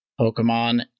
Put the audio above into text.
Pokemon